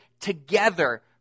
together